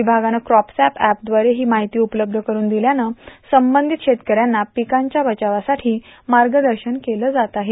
विभागानं कॉपसॅप एपद्वारे ही माहिती उपलब्ध करून दिल्यानं संबंधित शेतकऱ्यांना पिकांच्या बचावासाठी मार्गदर्शन केलं जात आहे